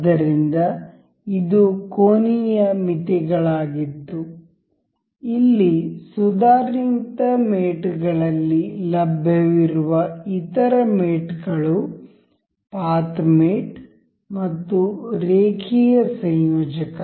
ಆದ್ದರಿಂದ ಇದು ಕೋನೀಯ ಮಿತಿಗಳಾಗಿತ್ತು ಇಲ್ಲಿ ಸುಧಾರಿತ ಮೇಟ್ ಗಳಲ್ಲಿ ಲಭ್ಯವಿರುವ ಇತರ ಮೇಟ್ ಗಳು ಪಾತ್ ಮೇಟ್ ಮತ್ತು ರೇಖೀಯ ಸಂಯೋಜಕ